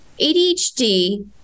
ADHD